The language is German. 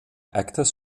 actors